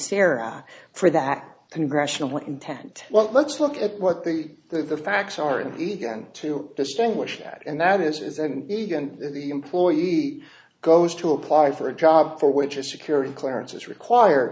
sara for that congressional intent well let's look at what the the facts are in eagan to distinguish that and that is an eeg and the employee goes to apply for a job for which a security clearance is require